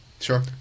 Sure